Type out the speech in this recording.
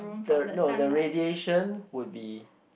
the no the radiation would be